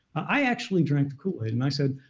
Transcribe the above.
i actually drank the kool-aid and i said,